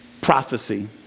Prophecy